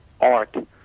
art